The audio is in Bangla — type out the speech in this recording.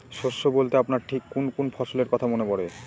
শস্য বলতে আপনার ঠিক কোন কোন ফসলের কথা মনে পড়ে?